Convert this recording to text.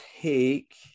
take